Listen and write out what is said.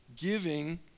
Giving